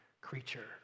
creature